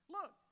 Look